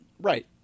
Right